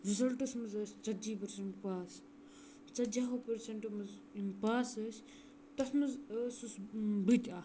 رِزَلٹَس منٛز ٲسۍ ژَتجی پٔرسَنٛٹ پاس ژتجی ہَو پٔرسَنٛٹو منٛز یِم پاس ٲسۍ تَتھ منٛز اوسُس بہٕ تہِ اَکھ